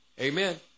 amen